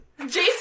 Jason